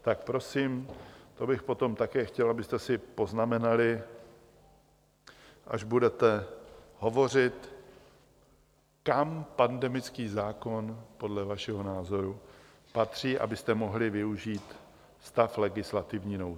Tak prosím, to bych potom také chtěl, abyste si poznamenali, až budete hovořit, kam pandemický zákon podle vašeho názoru patří, abyste mohli využít stav legislativní nouze.